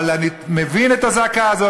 אבל אני מבין את הזעקה הזאת.